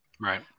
Right